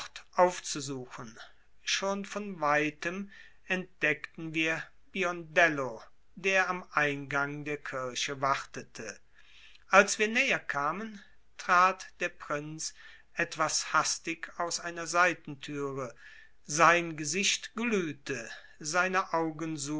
aufzusuchen schon von weitem entdeckten wir biondello der am eingang der kirche wartete als wir näher kamen trat der prinz etwas hastig aus einer seitentüre sein gesicht glühte seine augen